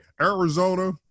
Arizona